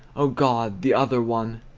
o god, the other one!